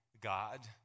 God